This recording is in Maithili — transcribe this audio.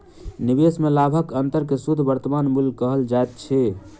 निवेश में लाभक अंतर के शुद्ध वर्तमान मूल्य कहल जाइत अछि